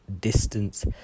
distance